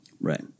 Right